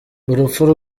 urupfu